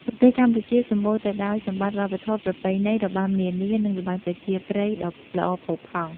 ប្រទេសកម្ពុជាសម្បូរទៅដោយសម្បត្តិវប្បធម៌ ប្រពៃណី របាំនានា និងល្បែងប្រជាប្រិយ ដ៏ល្អផូផង់។